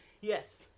yes